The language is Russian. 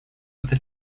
это